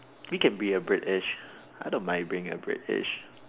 we can be a British I don't mind being a British